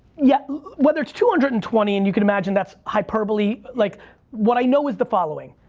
yeah, whether it's two hundred and twenty, and you can imagine that's hyperbole, like what i know is the following.